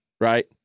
right